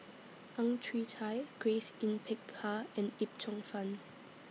Ang Chwee Chai Grace Yin Peck Ha and Yip Cheong Fun